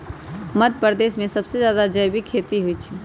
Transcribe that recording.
मध्यप्रदेश में सबसे जादा जैविक खेती होई छई